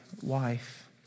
wife